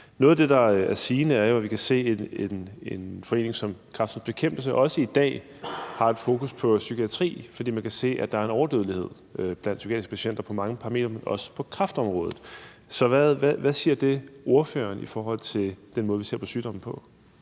Noget af det, der er sigende, er jo, at vi kan se, at en forening som Kræftens Bekæmpelse også i dag har et fokus på psykiatri, fordi man kan se, at der er en overdødelighed blandt psykiatriske patienter på mange parametre og også på kræftområdet. Hvad siger det ordføreren i forhold til den måde, vi ser på sygdommen på?